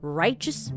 righteous